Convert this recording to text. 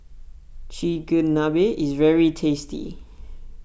Chigenabe is very tasty